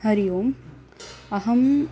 हरिः ओम् अहं